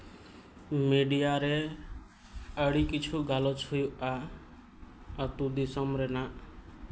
media ᱨᱮ ᱟᱹᱰᱤ ᱠᱤᱪᱷᱩ ᱜᱟᱞᱚᱪ ᱦᱩᱭᱩᱜᱼᱟ ᱟᱹᱛᱩ ᱫᱤᱥᱚᱢ ᱨᱮᱱᱟᱜ